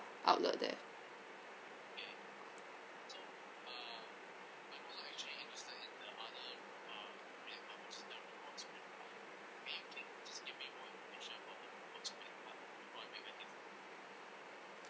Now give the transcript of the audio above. outlet there